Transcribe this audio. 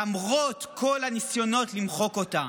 למרות כל הניסיונות למחוק אותה.